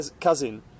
cousin